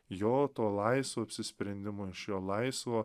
jo to laisvo apsisprendimo iš jo laisvo